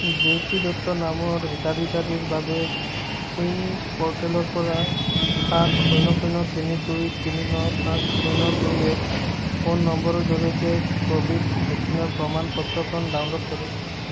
জেউতি দত্ত নামৰ হিতাধিকাৰীৰ বাবে কুইন প'ৰ্টেলৰ পৰা সাত শূন্য শূন্য তিনি দুই তিনি ন পাঁচ শূন্য দুই এক ফোন নম্বৰৰ জৰিয়তে ক'ভিড ভেকচিনৰ প্ৰমাণ পত্ৰখন ডাউনল'ড কৰক